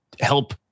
Help